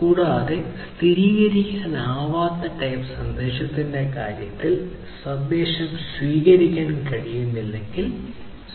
കൂടാതെ സ്ഥിരീകരിക്കാനാകാത്ത ടൈപ്പ് സന്ദേശത്തിന്റെ കാര്യത്തിൽ സന്ദേശം സ്വീകരിക്കാൻ കഴിയുന്നില്ലെങ്കിൽ